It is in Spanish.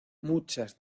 muchas